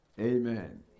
Amen